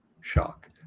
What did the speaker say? Shock